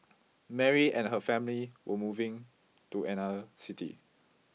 Mary and her family were moving to another city